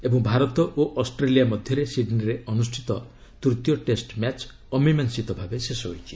ଏବଂ ଭାରତ ଓ ଅଷ୍ଟ୍ରେଲିଆ ମଧ୍ୟରେ ସିଡ୍ନୀରେ ଅନୁଷ୍ଠିତ ତୂତୀୟ ଟେଷ୍ଟ ମ୍ୟାଚ୍ ଅମିମାଂଶିତ ଭାବେ ଶେଷ ହୋଇଛି